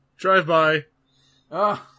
Drive-by